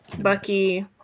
Bucky